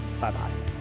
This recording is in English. Bye-bye